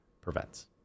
prevents